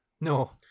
no